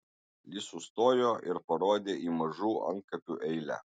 li sustojo ir parodė į mažų antkapių eilę